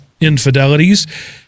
infidelities